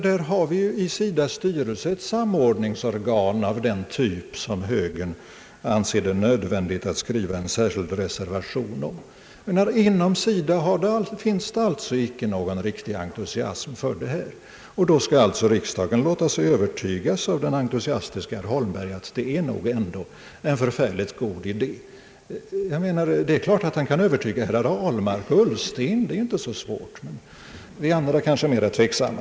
Vi har ju i SIDA:s styrelse ett samordningsorgan av den typ som högern anser det nödvändigt att skriva en särskild reservation om, Men inom SIDA finns det inte någon entusiasm för saken. Då skall alltså riksdagen låta sig övertygas av den entusiastiske herr Holmberg om att det nog ändå är en mycket god idé. Det är klart att han kan övertyga herr Ahlmark och herr Ullsten. Det är inte särskilt svårt. Vi andra kanske är mera tveksamma.